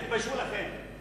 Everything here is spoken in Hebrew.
תתביישו לכם.